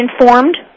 informed